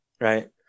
Right